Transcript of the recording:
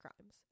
crimes